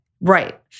Right